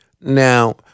now